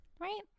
Right